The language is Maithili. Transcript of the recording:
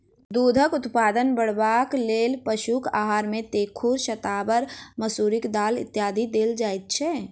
दूधक उत्पादन बढ़यबाक लेल पशुक आहार मे तेखुर, शताबर, मसुरिक दालि इत्यादि देल जाइत छै